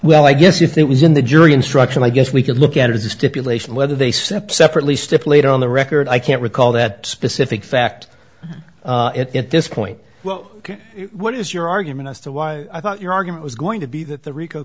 well i guess if it was in the jury instruction i guess we could look at it as a stipulation whether they stepped separately stipulate on the record i can't recall that specific fact at this point well ok what is your argument as to why i thought your argument was going to be that the rico